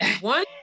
one